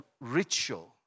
ritual